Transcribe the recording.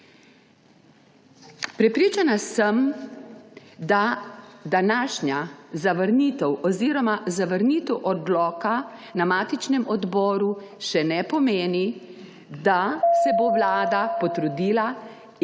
Prepričana sem, da današnja zavrnitev oziroma zavrnitev odloka na matičnem odboru še ne pomeni, da se bo vlada potrudila in